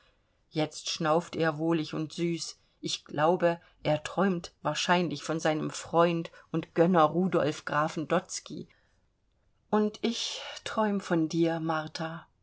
jetzt schnauft er wohlig und süß ich glaube er träumt wahrscheinlich von seinem freund und gönner rudolf grafen dotzky und ich träum von dir martha